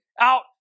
out